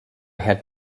had